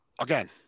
again